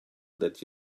that